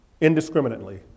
indiscriminately